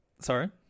Sorry